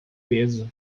peso